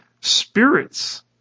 spirits